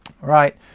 right